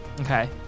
Okay